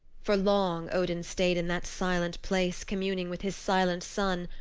for long odin stayed in that silent place communing with his silent son,